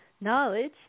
knowledge